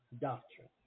doctrine